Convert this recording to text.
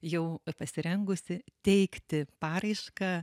jau pasirengusi teikti paraišką